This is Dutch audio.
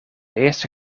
eerste